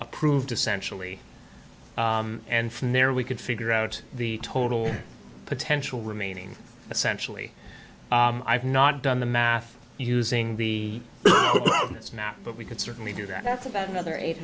approved essentially and from there we could figure out the total potential remaining essentially i've not done the math using the snap but we could certainly do that that's about another eight